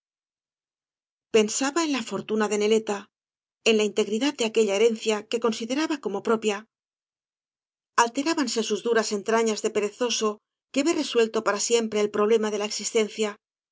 pensaba en la fortuna de neleta en la integridad de aquella herencia que consideraba como propia alterábanse sus duras entrañas de perezoso que ve resuelto para siempre el problema de la existencia y